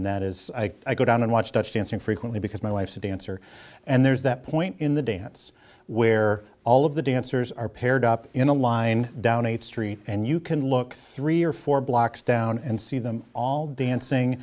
and that is i go down and watch the chance and frequently because my wife's a dancer and there's that point in the dance where all of the dancers are paired up in a line down a street and you can look three or four blocks down and see them all dancing